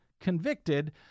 convicted